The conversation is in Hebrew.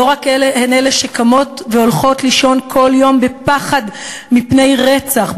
לא רק שהן אלה שקמות והולכות לישון כל יום בפחד מפני רצח,